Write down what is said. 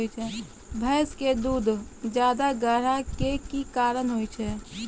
भैंस के दूध ज्यादा गाढ़ा के कि कारण से होय छै?